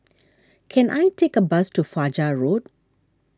can I take a bus to Fajar Road